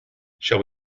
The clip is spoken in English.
shall